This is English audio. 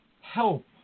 help